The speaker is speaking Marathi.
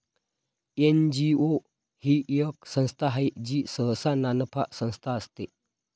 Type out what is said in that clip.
एन.जी.ओ ही एक संस्था आहे जी सहसा नानफा संस्था असते